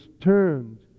turned